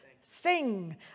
Sing